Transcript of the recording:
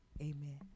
Amen